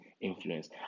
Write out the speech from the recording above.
influence